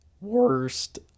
Worst